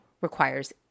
requires